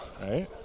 right